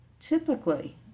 Typically